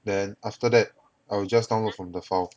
then after that I will just download from the file